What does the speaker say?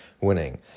winning